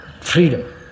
freedom